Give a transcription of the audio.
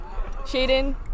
Shaden